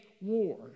war